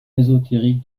ésotérique